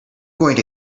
going